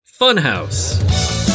Funhouse